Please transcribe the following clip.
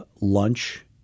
lunch